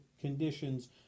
conditions